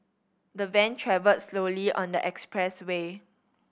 the van travelled slowly on the expressway